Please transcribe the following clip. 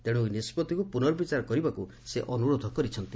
ତେଣୁ ଏହି ନିଷ୍ବଭିକୁ ପୁନର୍ବିଚାର କରିବାକୁ ସେ ଅନୁରୋଧ କରିଛନ୍ତି